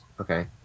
Okay